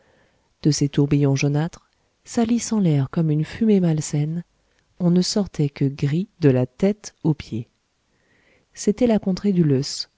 de ces tourbillons jaunâtres salissant l'air comme une fumée malsaine on ne sortait que gris de la tête aux pieds c'était la contrée du loess